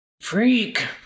Freak